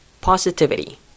positivity